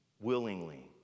willingly